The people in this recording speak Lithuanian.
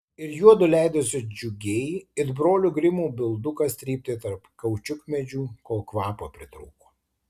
ir juodu leidosi džiugiai it brolių grimų bildukas trypti tarp kaučiukmedžių kol kvapo pritrūko